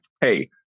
hey